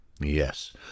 Yes